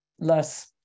Less